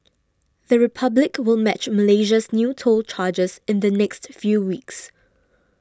the Republic will match Malaysia's new toll charges in the next few weeks